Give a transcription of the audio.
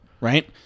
right